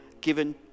given